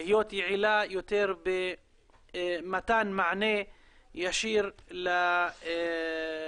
להיות יעילה יותר במתן מענה ישיר לצרכים.